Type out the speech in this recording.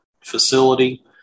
facility